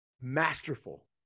masterful